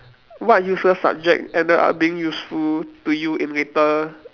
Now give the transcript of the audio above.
what useless subject ended up being useful to you in later